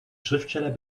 schriftsteller